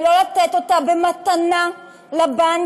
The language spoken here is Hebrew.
ולא לתת אותה במתנה לבנקים.